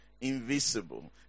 invisible